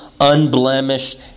unblemished